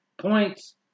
points